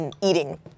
eating